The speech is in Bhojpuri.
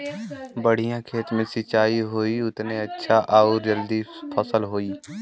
बढ़िया खेत मे सिंचाई होई उतने अच्छा आउर जल्दी फसल उगी